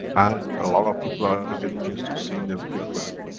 and a lot of people are are getting used to seeing them frequently.